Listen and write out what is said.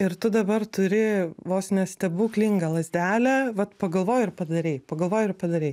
ir tu dabar turi vos ne stebuklingą lazdelę vat pagalvoji ir padarei pagalvoji ir padarei